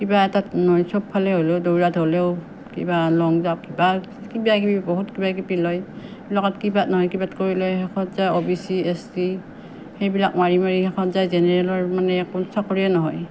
কিবা এটাত নহয় চব ফালে হ'লেও দৌৰাত হ'লেও কিবা লং জাঁপ বা কিবাকিবি বহুত কিবাকিবি লয় লগত কিবাত নহয় কিবাত কৰিলে শেষত যাই O B C S T সেইবিলাক মাৰি মাৰি শেষত যাই জেনেৰেলৰ মানে কোনো চাকৰিয়ে নহয়